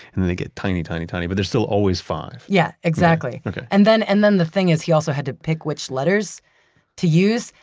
and then they get tiny, tiny, tiny. but they're still always five yeah, exactly okay and and then the thing is he also had to pick which letters to use.